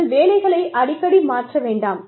நீங்கள் வேலைகளை அடிக்கடி மாற்ற வேண்டாம்